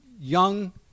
young